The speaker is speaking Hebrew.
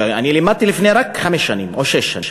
אני לימדתי רק לפני חמש או שש שנים,